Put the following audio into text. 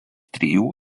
trijų